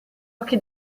occhi